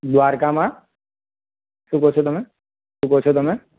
દ્વારકામાં શું કહો છો તમે શું કહો છો તમે